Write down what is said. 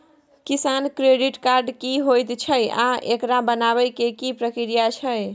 किसान credit card की होयत छै आ एकरा बनाबै के की प्रक्रिया छै?